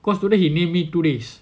cause today he name me two days